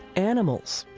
animals,